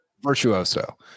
virtuoso